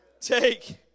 Take